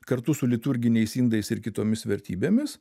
kartu su liturginiais indais ir kitomis vertybėmis